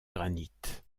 granite